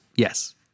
Yes